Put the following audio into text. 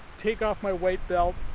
take off my weight belt,